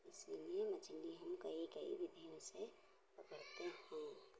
इसीलिए मछली हम कई कई विधियों से पकड़ते हैं